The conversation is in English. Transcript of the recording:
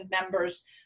members